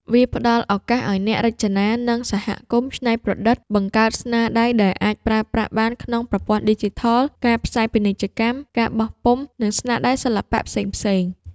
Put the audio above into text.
វាផ្តល់ឱកាសឲ្យអ្នករចនា និងសហគមន៍ច្នៃប្រឌិត បង្កើតស្នាដៃដែលអាចប្រើប្រាស់បានក្នុងប្រព័ន្ធឌីជីថល ការផ្សាយពាណិជ្ជកម្ម ការបោះពុម្ព និងស្នាដៃសិល្បៈផ្សេងៗ។